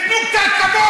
תנו קצת כבוד.